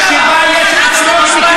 פלסטיני,